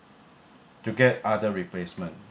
to get other replacement